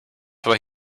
why